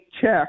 check